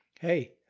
hey